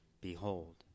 Behold